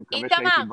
אני מקווה שהייתי ברור.